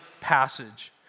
passage